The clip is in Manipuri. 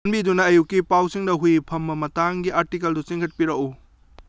ꯆꯥꯟꯕꯤꯗꯨꯅ ꯑꯌꯨꯛꯀꯤ ꯄꯥꯎꯁꯤꯡꯗ ꯍꯨꯏ ꯐꯝꯕ ꯃꯇꯥꯡꯒꯤ ꯑꯥꯔꯇꯤꯀꯜꯗꯨ ꯆꯤꯡꯈꯠꯄꯤꯔꯛꯎ